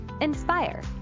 inspire